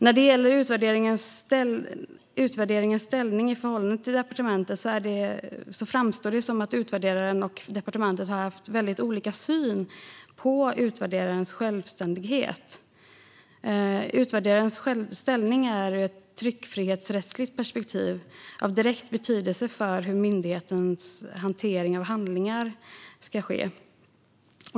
När det gäller utvärderingens ställning i förhållande till departementet framstår det som att utvärderaren och departementet har haft olika syn på utvärderarens självständighet. Utvärderarens ställning är ur ett tryckfrihetsrättsligt perspektiv av direkt betydelse för hur myndighetens hantering av handlingar ska ske.